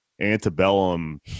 Antebellum